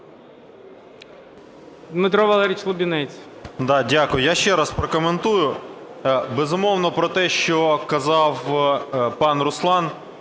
Дмитро Валерійович Лубінець.